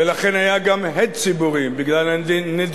ולכן היה גם הד ציבורי, בגלל הנדירות